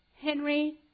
Henry